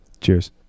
Cheers